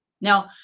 Now